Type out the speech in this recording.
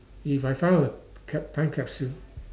if I found a cap~ time capsule